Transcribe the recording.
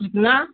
कितना